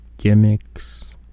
gimmicks